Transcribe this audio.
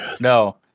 No